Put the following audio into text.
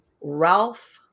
Ralph